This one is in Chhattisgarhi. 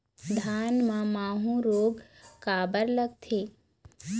धान म माहू रोग काबर लगथे?